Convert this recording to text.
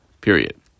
period